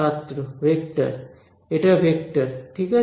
ছাত্র ভেক্টর এটা ভেক্টর ঠিক আছে